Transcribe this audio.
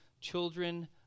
children